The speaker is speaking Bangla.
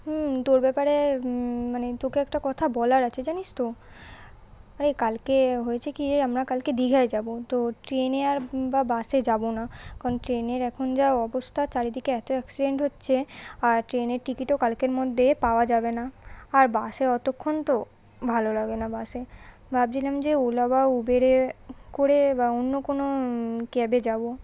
হুম তোর ব্যাপারে মানে তোকে একটা কথা বলার আছে জানিস তো আরে কালকে হয়েছে কী আমরা কালকে দীঘায় যাব তো ট্রেনে আর বা বাসে যাব না কারণ ট্রেনের এখন যা অবস্থা চারিদিকে এত অ্যাক্সিডেন্ট হচ্ছে আর ট্রেনের টিকিটও কালকের মধ্যে পাওয়া যাবে না আর বাসে অতক্ষণ তো ভালো লাগে না বাসে ভাবছিলাম যে ওলা বা উবরে করে বা অন্য কোনো ক্যাবে যাব